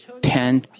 ten